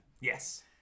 Yes